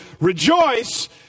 Rejoice